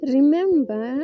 remember